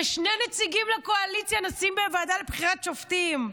ונשים שני נציגים מהקואליציה בוועדה לבחירת שופטים?